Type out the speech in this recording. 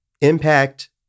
Impact